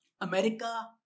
America